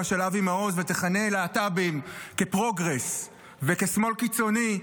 של אבי מעוז ותכנה להט"בים כפרוגרס וכשמאל קיצוני,